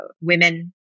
women